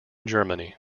germany